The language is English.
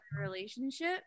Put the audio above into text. relationship